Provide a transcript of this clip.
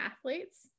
athletes